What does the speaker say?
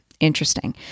Interesting